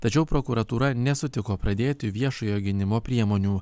tačiau prokuratūra nesutiko pradėti viešojo gynimo priemonių